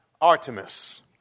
Artemis